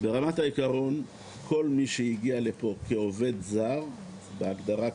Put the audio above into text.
ברמת העיקרון כל מי שהגיע לפה כעובד זר בהגדרה,